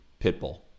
Pitbull